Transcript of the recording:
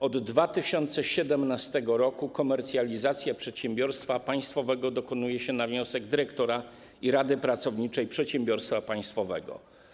Od 2017 r. komercjalizacji przedsiębiorstwa państwowego dokonuje się na wniosek dyrektora i rady pracowniczej przedsiębiorstwa państwowego.